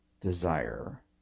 desire